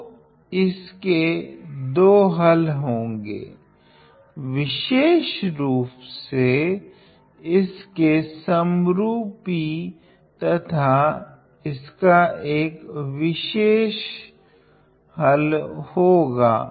तो इसके दो हल होगे विशेष रूप से इसके समरूपी तथा इसका एक विशेष हल होगा